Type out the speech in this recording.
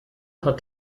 hat